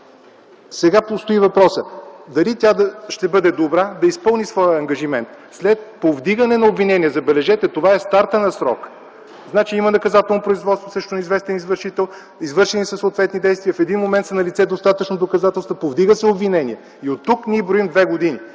сега тук стои въпросът: дали тя ще бъде добра да изпълни своя ангажимент след повдигане на обвинение? Забележете, това е стартът на срока. Значи има наказателно производство срещу неизвестен извършител, извършени са съответни действия, в един момент са налице достатъчно доказателства, повдига се обвинение и оттук ние броим две години.